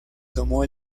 tomó